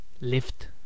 lift